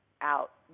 out